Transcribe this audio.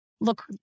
look